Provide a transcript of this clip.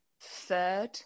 third